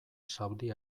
saudi